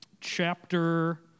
chapter